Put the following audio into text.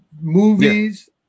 Movies